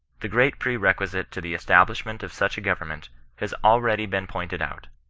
the great pre-requisite to the establishment of such a government has already been pointed out.